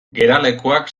geralekuak